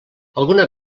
alguna